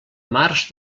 març